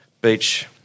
Beach